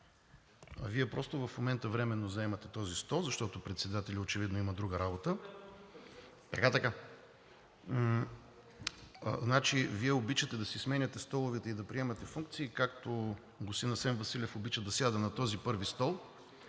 Вие просто в момента временно заемате този стол, защото председателят очевидно има друга работа. Вие обичате да си сменяте столовете и да приемате функции, както господин Асен Василев обича да сяда на този първи стол